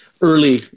early